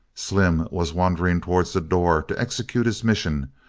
slim was wandering towards the door to execute his mission,